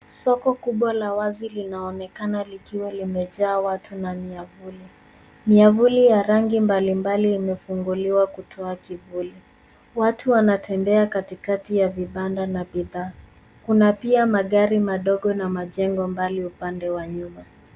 Soko kubwa la wazi linaonekana likiwa limejaa watu na miavuli. Miavuli ya rangi mbali mbali imefunguliwa kutoa kivuli. Watu wanatembea kati kati ya vibanda na bidhaa kuna pia magari madogo na majengo mbali upande wa nyuma.